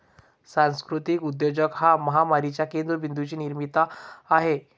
सांस्कृतिक उद्योजक हा महामारीच्या केंद्र बिंदूंचा निर्माता आहे